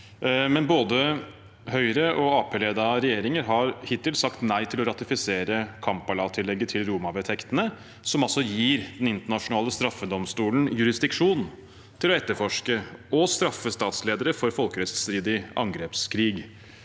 men både Høyre- og Arbeiderparti-ledede regjeringer har hittil sagt nei til å ratifisere Kampala-tillegget til Roma-vedtektene, som altså gir Den internasjonale straffedomstolen jurisdiksjon til å etterforske og straffe statsledere for folkerettsstridig angrepskrig.